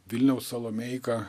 vilniaus salomėjka